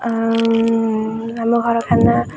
ଆ ଆମ ଘରଖାନା